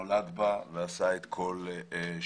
נולד בה ועשה בה את כל שנותיו.